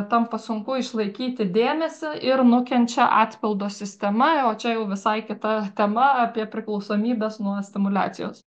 tampa sunku išlaikyti dėmesį ir nukenčia atpildo sistema o čia jau visai kita tema apie priklausomybes nuo stimuliacijos